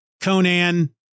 Conan